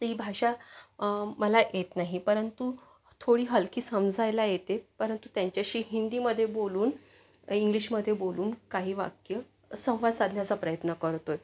तर ही भाषा मला येत नाही परंतु थोडी हलकी समजायला येते परंतु त्यांच्याशी हिंदीमध्ये बोलून इंग्लिशमध्ये बोलून काही वाक्यं संवाद साधण्याचा प्रयत्न करतो आहे